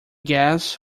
guess